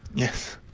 yes.